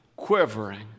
quivering